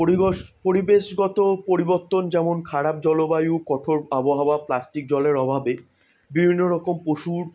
পরিবেশগত পরিবর্তন যেমন খারাপ জলবায়ু কঠোর আবহাওয়া প্লাস্টিক জলের অভাবে বিভিন্ন রকম পশুর